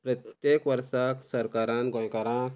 प्रत्येक वर्साक सरकारान गोंयकारां